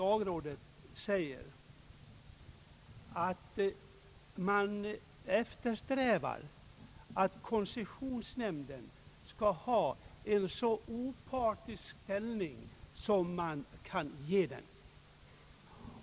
Lagrådet säger sig eftersträva att koncessionsnämnden skall ha en så opartisk ställning som man kan ge den.